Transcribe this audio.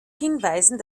hinweisen